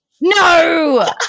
no